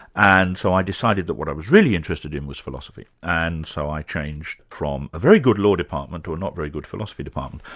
and so i decided that what i was really interested in was philosophy, and so i changed from a very good law department to a not very good philosophy department,